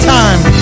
time